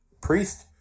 Priest